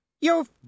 You